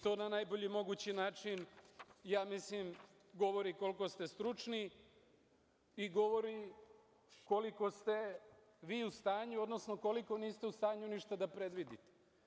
To na najbolji mogući način govori koliko ste stručni i govori koliko ste vi u stanju, odnosno koliko niste u stanju ništa da previdite.